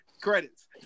credits